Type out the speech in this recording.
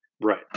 right